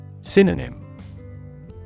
Synonym